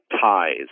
ties